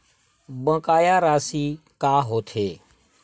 बकाया राशि का होथे?